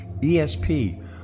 ESP